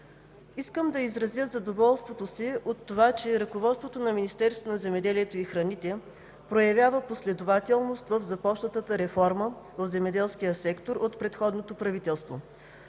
Искам да изразя задоволството си, че ръководството на Министерството на земеделието и храните проявява последователност в започнатата реформа в земеделския сектор от предходното правителство